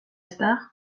ezta